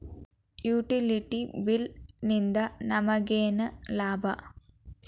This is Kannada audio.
ಯುಟಿಲಿಟಿ ಬಿಲ್ ನಿಂದ್ ನಮಗೇನ ಲಾಭಾ?